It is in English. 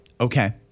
Okay